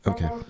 Okay